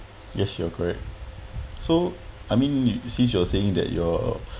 yes you are correct so I mean since you're saying that your